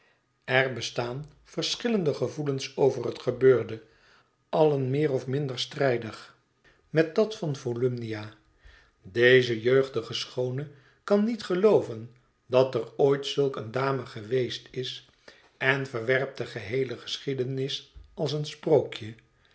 er bestaan verschillende gevoelens over het gebeurde allen meer of minder strijdig met dat van volumnia deze jeugdige schoone kan niet gelooven dat er ooit zulk eene dame geweest is en verwerpt de geheele geschiedenis als een sprookje